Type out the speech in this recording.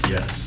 Yes